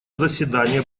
заседание